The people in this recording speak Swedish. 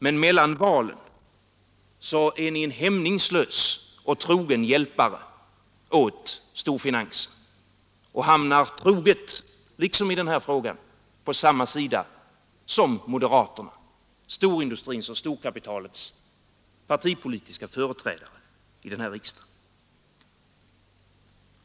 Men mellan valen är ni en hämningslös och trogen hjälpare åt storfinansen och hamnar troget, liksom i den här frågan, på samma sida som moderaterna — storindustrins och storkapitalets partipolitiska företrädare i den här riksdagen.